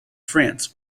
france